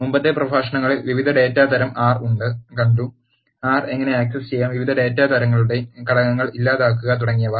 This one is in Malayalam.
മുമ്പത്തെ പ്രഭാഷണങ്ങളിൽ വിവിധ ഡാറ്റാ തരം ആർ കണ്ടു ആർ എങ്ങനെ ആക്സസ് ചെയ്യാം വിവിധ ഡാറ്റാ തരങ്ങളുടെ ഘടകങ്ങൾ ഇല്ലാതാക്കുക തുടങ്ങിയവ